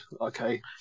Okay